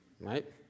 right